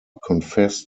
confessed